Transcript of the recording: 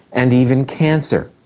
and even cancer.